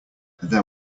there